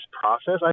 process